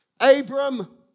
Abram